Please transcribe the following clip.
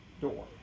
door